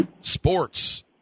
Sports